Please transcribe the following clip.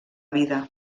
vida